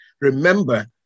Remember